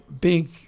Big